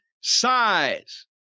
size